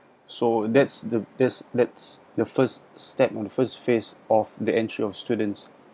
so that's the that's that's the first step on the first phase of the entry of students